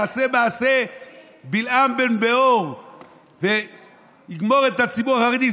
יעשה בלעם בן בעור ויגמור את הציבור החרדי.